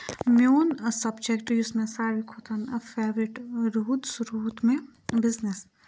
میون سَبجَکٹ یُس مےٚ ساروی کھۄتَن فیورِٹ روٗد سُہ روٗد مےٚ بِزنس